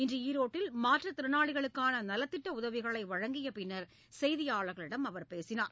இன்று ஈரோட்டில் மாற்றுத்திறனாளிகளுக்கான நலத் திட்ட உதவிகளை வழங்கிய பின்னர் செய்தியாளர்களிடம் அவர் பேசினார்